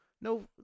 No